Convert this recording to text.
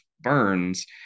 burns